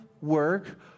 work